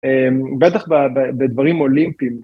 בטח בדברים אולימפיים.